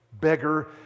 beggar